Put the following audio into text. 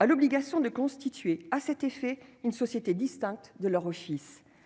à l'obligation de constituer à cet effet une société distincte de leur office